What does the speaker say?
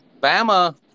Bama